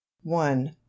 one